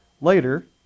later